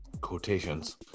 quotations